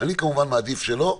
אני כמובן מעדיף שלא.